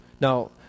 Now